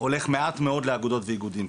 מעט מאוד מתוך התקציב הזה הולך לאגודות ולאיגודים,